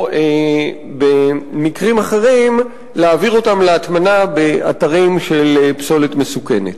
או במקרים אחרים להעביר אותן להטמנה באתרים של פסולת מסוכנת.